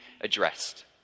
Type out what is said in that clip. addressed